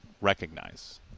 recognize